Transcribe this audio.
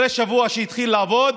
שבוע אחרי שהתחיל לעבוד,